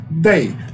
day